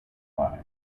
live